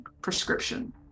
prescription